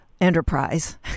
enterprise